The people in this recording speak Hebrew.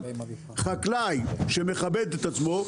חקלאי שמכבד את עצמו,